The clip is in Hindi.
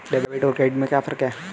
डेबिट और क्रेडिट में क्या फर्क है?